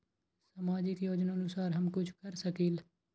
सामाजिक योजनानुसार हम कुछ कर सकील?